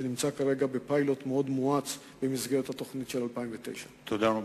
שנמצאת כרגע בפיילוט מאוד מואץ במסגרת התוכנית של 2009. תודה רבה.